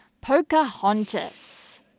Pocahontas